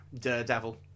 Daredevil